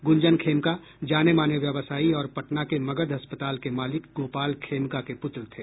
गुंजन खेमका जाने माने व्यवसायी और पटना के मगध अस्पताल के मालिक गोपाल खेमका के पुत्र थे